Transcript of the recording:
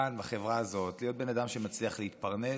כאן, בחברה הזאת, להיות בן אדם שמצליח להתפרנס,